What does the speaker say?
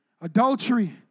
Adultery